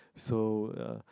so uh